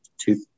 two